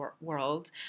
world